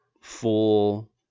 full